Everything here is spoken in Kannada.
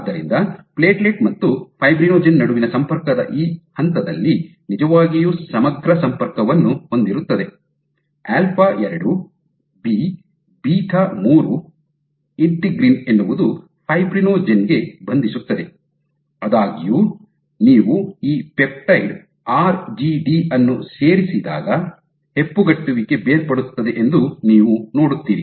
ಆದ್ದರಿಂದ ಪ್ಲೇಟ್ಲೆಟ್ ಮತ್ತು ಫೈಬ್ರಿನೊಜೆನ್ ನಡುವಿನ ಸಂಪರ್ಕದ ಈ ಹಂತದಲ್ಲಿ ನಿಜವಾಗಿಯೂ ಸಮಗ್ರ ಸಂಪರ್ಕವನ್ನು ಹೊಂದಿರುತ್ತದೆ ಆಲ್ಫಾ ಎರಡು ಬಿ ಬೀಟಾ ಮೂರು α2ಬಿ β3 ಇಂಟಿಗ್ರಿನ್ ಎನ್ನುವುದು ಫೈಬ್ರಿನೊಜೆನ್ ಗೆ ಬಂಧಿಸುತ್ತದೆ ಆದಾಗ್ಯೂ ನೀವು ಈ ಪೆಪ್ಟೈಡ್ ಆರ್ಜಿಡಿ ಅನ್ನು ಸೇರಿಸಿದಾಗ ಹೆಪ್ಪುಗಟ್ಟುವಿಕೆ ಬೇರ್ಪಡುತ್ತದೆ ಎಂದು ನೀವು ನೋಡುತ್ತೀರಿ